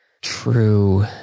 True